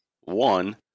one